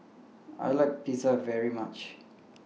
I like Pizza very much